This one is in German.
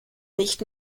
nicht